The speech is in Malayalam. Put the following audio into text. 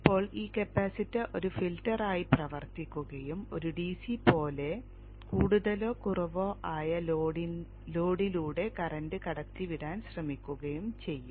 ഇപ്പോൾ ഈ കപ്പാസിറ്റർ ഒരു ഫിൽട്ടറായി പ്രവർത്തിക്കുകയും ഒരു ഡിസി പോലെ കൂടുതലോ കുറവോ ആയ ലോഡിലൂടെ കറന്റ് കടത്തിവിടാൻ ശ്രമിക്കുകയും ചെയ്യും